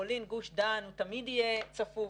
מטרופולין גוש דן תמיד יהיה צפוף,